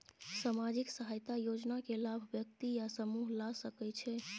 सामाजिक सहायता योजना के लाभ व्यक्ति या समूह ला सकै छै?